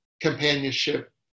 companionship